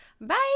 Bye